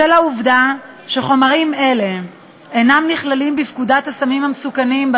בשל העובדה שחומרים אלה אינם נכללים בפקודת הסמים המסוכנים ,